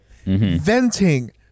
Venting